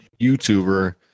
youtuber